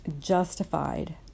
justified